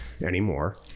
anymore